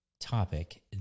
topic